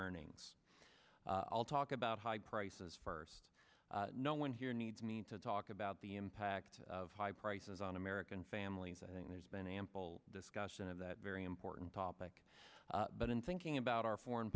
earnings i'll talk about high prices first no one here needs me to talk about the impact of high prices on american families i think there's been ample discussion of that very important topic but in thinking about our foreign